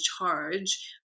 charge